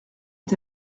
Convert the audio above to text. est